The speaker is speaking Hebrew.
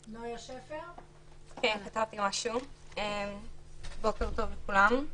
כן, בוקר טוב לכולם.